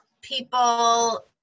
people